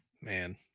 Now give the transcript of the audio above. Man